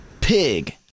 pig